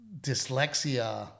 dyslexia